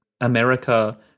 America